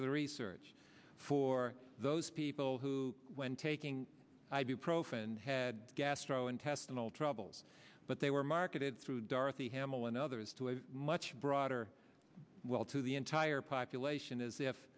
to the research for those people who when taking ibuprofen had gastrointestinal troubles but they were marketed through dorothy hamill and others to a much broader well to the entire population as if